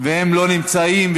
והם נרשמים ולא נמצאים.